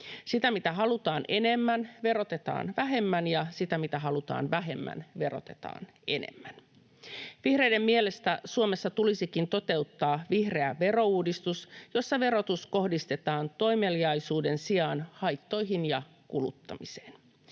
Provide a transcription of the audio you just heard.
sitä, mitä halutaan enemmän, verotetaan vähemmän, ja sitä, mitä halutaan vähemmän, verotetaan enemmän. Vihreiden mielestä Suomessa tulisikin toteuttaa vihreä verouudistus, jossa verotus kohdistetaan toimeliaisuuden sijaan haittoihin ja kuluttamiseen.